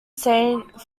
saint